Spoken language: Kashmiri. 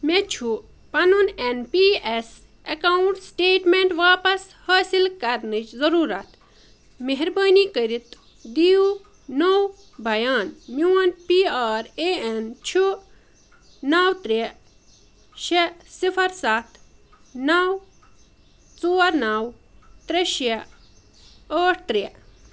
مےٚ چھُ پنُن N P S account statement واپس حٲصِل کَرنٕچ ضٔروٗرت مہربٲنی کٔرِتھ دِیِو نوٚو بیان میون پی آر اے اٮ۪ن چھُ نَو ترٛےٚ شےٚ صِفر سَتھ نَو ژور نَو ترٛےٚ شےٚ ٲٹھ ترٛےٚ